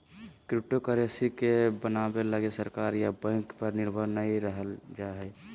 cryptocurrency के बनाबे लगी सरकार या बैंक पर निर्भर नय रहल जा हइ